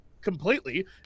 completely